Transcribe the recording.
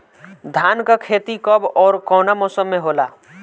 धान क खेती कब ओर कवना मौसम में होला?